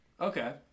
Okay